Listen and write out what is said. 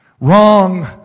Wrong